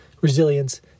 resilience